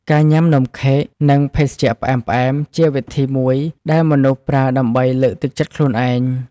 ការញ៉ាំនំខេក និងភេសជ្ជៈផ្អែមៗ ជាវិធីមួយដែលមនុស្សប្រើដើម្បីលើកទឹកចិត្តខ្លួនឯង។